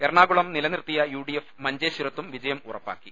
എറണാകുളം നിലനിർത്തിയ യുഡിഎഫ് മഞ്ചേ ശ്വരത്തും വിജയം ഉറപ്പാക്കി